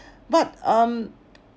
but um